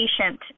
patient